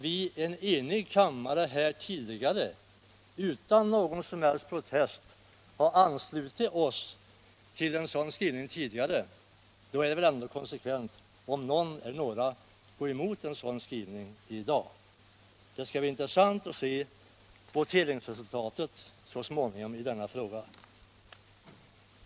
Då en enig kammare tidigare utan någon som helst protest har anslutit sig till en sådan skrivning är det väl inkonsekvent, om någon eller några ledamöter går emot samma skrivning i dag. — Det skall bli intressant att så småningom få se voteringsresultatet i denna fråga.